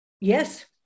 Yes